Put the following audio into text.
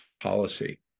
policy